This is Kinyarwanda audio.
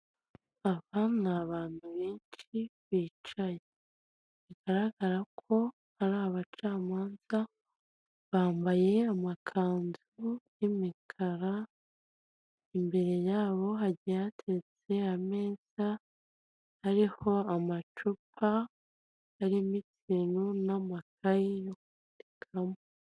Aba ni abantu benshi bicaye bigaragara ko ari abacamanza bambaye amakanzu y'imikara imbere yabo hagiye hateretse ameza ariho amacupa, arimo ibintu n'amakayi n'ikaramu.